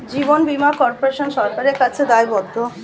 জীবন বীমা কর্পোরেশন কি সরকারের কাছে দায়বদ্ধ?